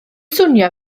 swnio